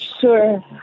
Sure